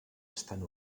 estan